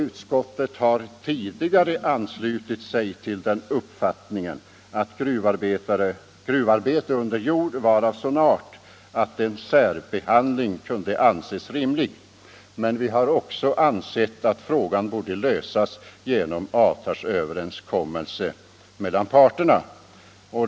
Utskottet har tidigare anslutit sig till den uppfattningen att gruvarbete under jord var av sådan art att en särbehandling kunde anses rimlig, men vi har också ansett att frågan borde lösas genom avtalsöverenskommelse mellan parterna.